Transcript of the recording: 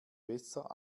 besser